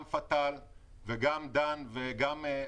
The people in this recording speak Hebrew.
גם פתאל וגם דן ואורכידאה,